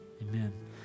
Amen